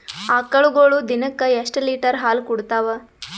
ಆಕಳುಗೊಳು ದಿನಕ್ಕ ಎಷ್ಟ ಲೀಟರ್ ಹಾಲ ಕುಡತಾವ?